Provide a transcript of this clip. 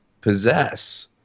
possess